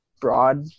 broad